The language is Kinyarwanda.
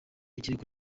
ikirego